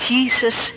Jesus